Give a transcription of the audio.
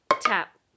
tap